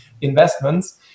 investments